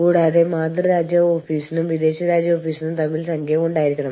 കൂടാതെ ആരാണ് ഈ മാനദണ്ഡങ്ങൾ നടപ്പിലാക്കുക